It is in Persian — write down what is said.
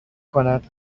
کند